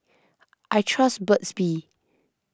I trust Burt's Bee